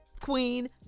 queen